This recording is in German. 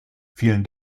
vielen